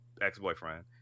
ex-boyfriend